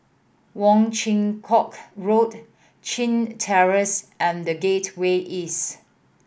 Wong Chin Yoke Road Chin Terrace and The Gateway East